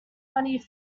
money